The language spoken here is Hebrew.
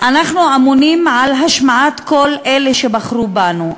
אנחנו אמונים על השמעת כל אלה שבחרו בנו,